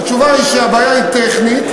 התשובה היא שהבעיה היא טכנית,